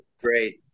Great